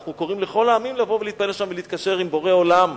אנחנו קוראים לכל העמים לבוא ולהתפלל שם ולהתקשר עם בורא עולם.